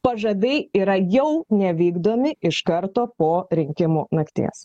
pažadai yra jau nevykdomi iš karto po rinkimų nakties